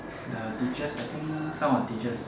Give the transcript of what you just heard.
the teachers I think some of the teachers